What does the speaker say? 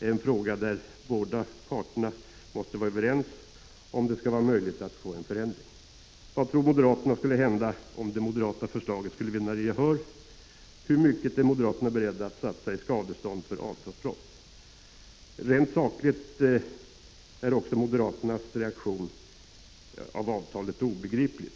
är en fråga där båda parter måste vara överens, om det skall vara möjligt att få en förändring. Vad tror moderaterna skulle hända, om det moderata förslaget skulle vinna gehör? Hur mycket är moderaterna beredda att satsa i skadestånd för avtalsbrott? Rent sakligt är också moderaternas reaktion på avtalet obegriplig.